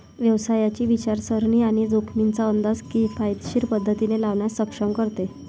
व्यवसायाची विचारसरणी आणि जोखमींचा अंदाज किफायतशीर पद्धतीने लावण्यास सक्षम करते